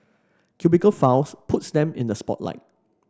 cubicle Files puts them in the spotlight